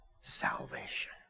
salvation